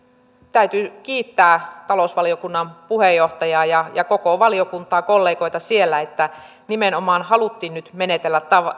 täytyy kiittää talousvaliokunnan puheenjohtajaa ja ja koko valiokuntaa kollegoita siellä että nimenomaan haluttiin nyt menetellä